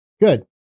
good